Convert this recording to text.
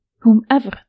whomever